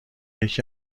یکی